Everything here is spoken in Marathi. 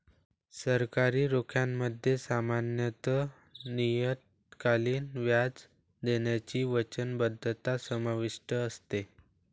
सरकारी रोख्यांमध्ये सामान्यत नियतकालिक व्याज देण्याची वचनबद्धता समाविष्ट असते